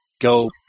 go